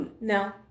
No